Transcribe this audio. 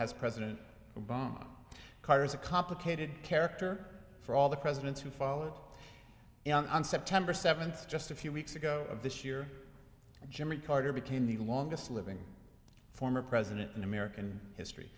has president obama carter is a complicated character for all the presidents who followed on september seventh just a few weeks ago of this year jimmy carter became the longest living former president in american history